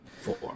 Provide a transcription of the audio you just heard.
Four